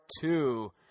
two